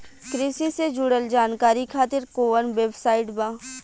कृषि से जुड़ल जानकारी खातिर कोवन वेबसाइट बा?